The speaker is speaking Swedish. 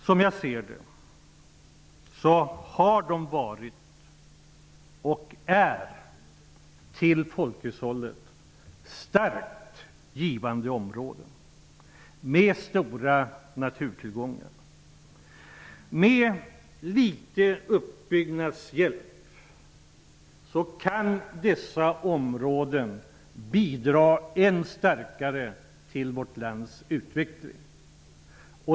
Som jag ser det har stödområdena varit och är till folkhushållet starkt givande områden med stora naturtillgångar. Med litet uppbyggnadshjälp kan dessa områden än starkare bidra till vårt lands utveckling.